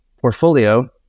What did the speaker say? portfolio